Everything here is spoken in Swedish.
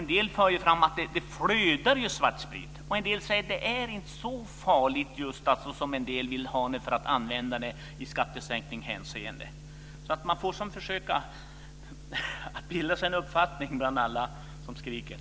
En del för fram att det flödar svartsprit medan andra säger att det inte är så farligt. Man får försöka bilda sig en uppfattning bland alla olika argument som förs fram.